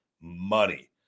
money